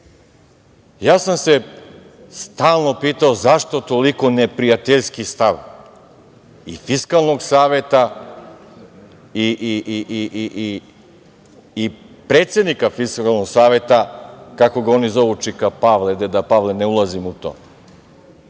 sam se pitao zašto toliko neprijateljski stav i Fiskalnog saveta i predsednika Fiskalnog saveta, kako ga oni zovu čika Pavle, deda Pavle ne ulazim u